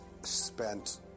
spent